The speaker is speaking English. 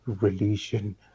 Religion